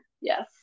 yes